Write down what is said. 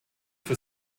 für